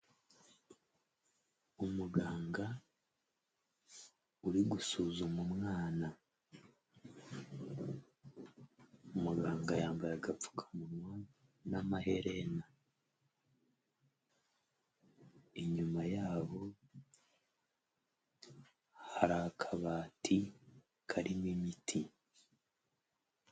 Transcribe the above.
Umuganga uri gusuzuma umwana, umuganga yambaye agapfukamunwa n'amaherena, inyuma yabo hari akabati karimo imiti.